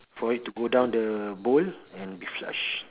for it to go down the bowl and be flushed